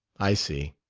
i see.